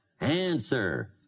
Answer